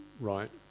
right